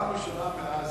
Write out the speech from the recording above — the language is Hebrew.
פעם ראשונה מאז,